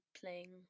playing